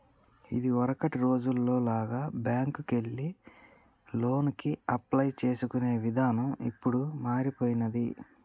ఇదివరకటి రోజుల్లో లాగా బ్యేంకుకెళ్లి లోనుకి అప్లై చేసుకునే ఇదానం ఇప్పుడు మారిపొయ్యినాది